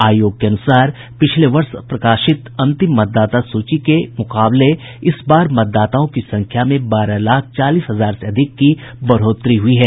आयोग के अनुसार पिछले वर्ष प्रकाशित अंतिम मतदाता सूची के मुकाबले इस बार मतदाताओं की संख्या में बारह लाख चालीस हजार से अधिक की बढ़ोतरी हुई है